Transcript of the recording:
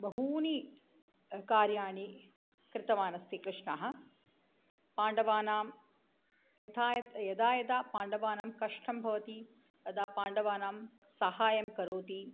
बहूनि कार्याणि कृतवानस्ति कृष्णः पाण्डवानां यथा यदा यदा पाण्डवानां कष्टं भवति तदा पाण्डवानां साहायं करोति